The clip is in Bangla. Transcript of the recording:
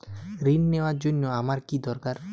ঋণ নেওয়ার জন্য আমার কী দরকার?